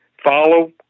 Follow